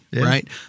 right